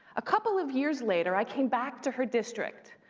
a couple of years later, i came back to her district.